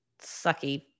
sucky